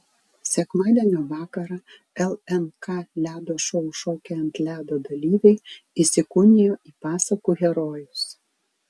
sekmadienio vakarą lnk ledo šou šokiai ant ledo dalyviai įsikūnijo į pasakų herojus